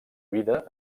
vida